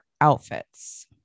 outfits